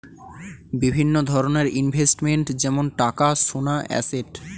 বিভিন্ন ধরনের ইনভেস্টমেন্ট যেমন টাকা, সোনা, অ্যাসেট